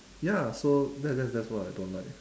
ya so that's that's that's what I don't like